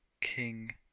King